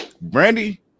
Brandy